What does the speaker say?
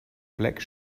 black